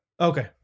Okay